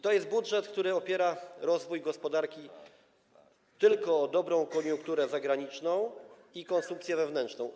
To jest budżet, który opiera rozwój gospodarki tylko na dobrej koniunkturze zagranicznej i konsumpcji wewnętrznej.